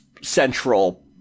central